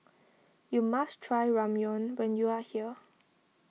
you must try Ramyeon when you are here